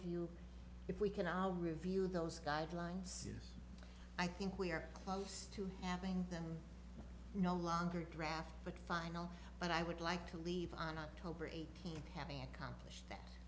you if we can i'll review those guidelines i think we are close to having them no longer draft but final but i would like to leave on october eighteenth having accomplished